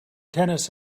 tennis